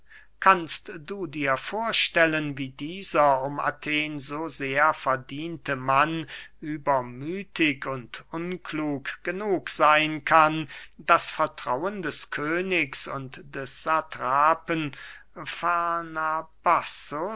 kannst du dir vorstellen wie dieser um athen so sehr verdiente mann übermüthig und unklug genug seyn kann das vertrauen des königs und des